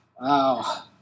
Wow